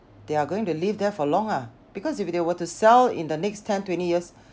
they are going to live there for long ah because if they were to sell in the next ten twenty years